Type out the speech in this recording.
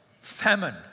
famine